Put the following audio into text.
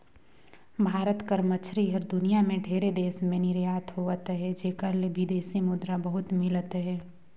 भारत कर मछरी हर दुनियां में ढेरे देस में निरयात होवत अहे जेकर ले बिदेसी मुद्रा बहुत मिलत अहे